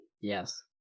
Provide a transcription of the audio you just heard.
yes